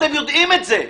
אתם יודעים את זה.